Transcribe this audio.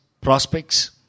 prospects